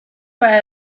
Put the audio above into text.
para